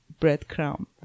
breadcrumb